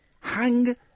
Hang